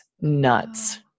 nuts